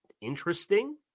interesting